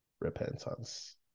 repentance